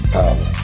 power